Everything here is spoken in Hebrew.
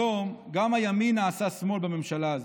היום, גם הימין נעשה שמאל בממשלה הזו,